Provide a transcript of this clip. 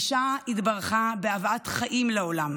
אישה התברכה בהבאת חיים לעולם,